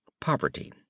Poverty